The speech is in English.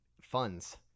funds